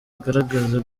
agerageza